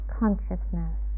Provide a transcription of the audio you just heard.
consciousness